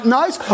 nice